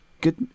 good